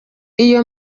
iyo